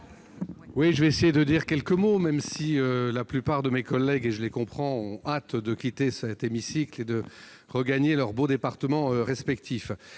durable. Je dirai quelques mots, même si la plupart de mes collègues, et je les comprends, ont hâte de quitter cet hémicycle et de regagner leurs beaux départements respectifs.